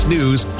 News